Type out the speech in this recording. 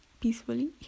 peacefully